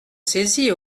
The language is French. saisie